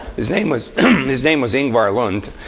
his name was his name was yngvar lundh.